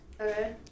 Okay